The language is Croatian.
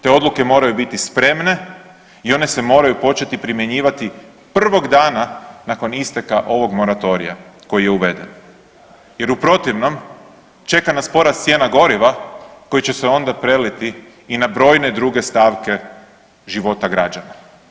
Te odluke moraju biti spremne i one se moraju početi primjenjivati prvog dana nakon isteka ovog moratorija koji je uveden jer u protivnom čeka nas porast cijena goriva koji će se onda preliti i na brojne druge stavke života građana.